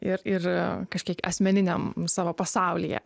ir ir kažkiek asmeniniam savo pasaulyje